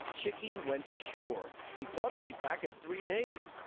chickie went to shore. he thought he'd be back in three days.